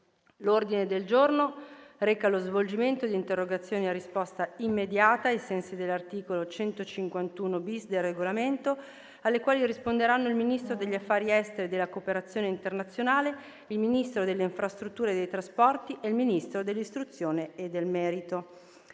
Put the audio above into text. L'ordine del giorno reca lo svolgimento di interrogazioni a risposta immediata (cosiddetto *question time*), ai sensi dell'articolo 151-*bis* del Regolamento, alle quali risponderanno il Ministro degli affari esteri e della cooperazione internazionale, il Ministro delle infrastrutture e dei trasporti e il Ministro dell'istruzione e del merito.